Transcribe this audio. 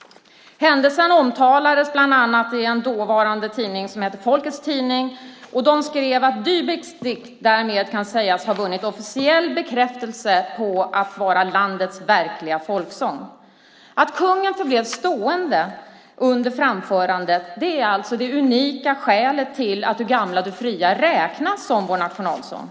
Händelsen omtalades bland annat i en dåvarande tidning som hette Folkets Tidning som skrev "att Dybecks dikt därmed kan sägas ha vunnit officiell bekräftelse på att vara landets verkliga folksång". Att kungen förblev stående under framförandet är alltså det unika skälet till att Du gamla, du fria räknas som vår nationalsång.